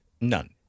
None